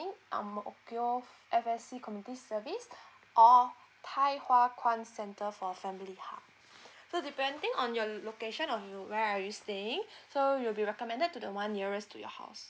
ang moh kiao F_S_C comminity service or tai high hua kwan center for family hub so depending on your location on you where are you staying so you'll be recommended to the one nearest to your house